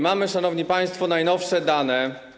Mamy, szanowni państwo, najnowsze dane.